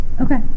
Okay